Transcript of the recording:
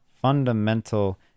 fundamental